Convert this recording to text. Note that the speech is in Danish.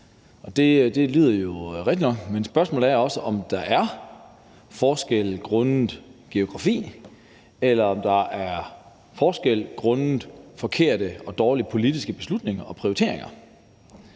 Det lyder jo rigtigt nok, men spørgsmålet er også, om der er forskel grundet geografien, eller om der er forskel grundet forkerte og dårlige politiske beslutninger og prioriteringer.